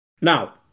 Now